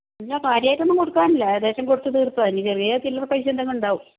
ഇല്ല കാര്യമായിട്ടൊന്നും കൊടുക്കാനില്ല ഏകദേശം കൊടുത്ത് തീർത്തതാണ് ഇനി ചെറിയ ചില്ലറ പൈസ എന്തെങ്കിലും ഉണ്ടാവും